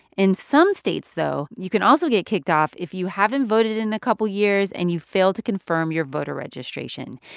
in some states, though, you can also get kicked off if you haven't voted in a couple years and you've failed to confirm your voter registration.